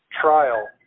trial